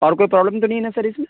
اور کوئی پروبلم تو نہیں ہے نا سر اس میں